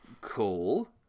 Cool